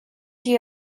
you